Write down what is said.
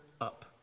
up